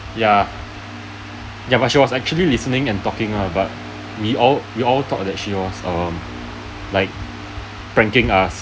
ya ya but she was actually listening and talking lah but we all we all thought that she was err like pranking us err